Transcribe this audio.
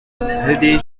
heidi